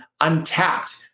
untapped